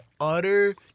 utter